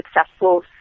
successful